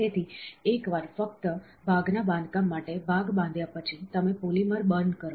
તેથી એકવાર ફક્ત ભાગ ના બાંધકામ માટે ભાગ બાંધ્યા પછી તમે પોલિમર બર્ન કરો